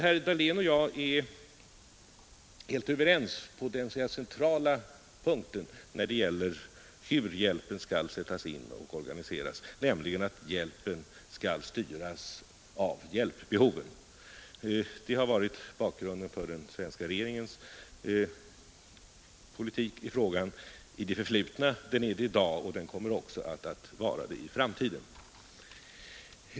Herr Dahlén och jag är helt överens på den centrala punkten när det gäller hur hjälpen skall sättas in och organiseras, nämligen att hjälpen skall styras av hjälpbehoven. Det har varit bakgrunden för den svenska regeringens politik i frågan i det förflutna och är det även i dag. Det kommer också att utgöra bakgrunden i framtiden.